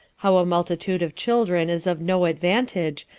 how a multitude of children is of no advantage,